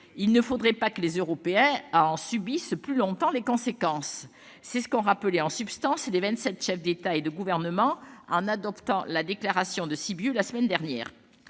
il ne faudrait pas que les Européens en subissent plus longtemps les conséquences ! C'est ce qu'ont rappelé en substance les vingt-sept chefs d'État et de gouvernement en adoptant la déclaration de Sibiu, la semaine dernière.